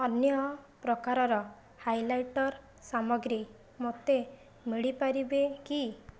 ଅନ୍ୟ ପ୍ରକାରର ହାଇଲାଇଟର୍ ସାମଗ୍ରୀ ମୋତେ ମିଳିପାରିବେ କି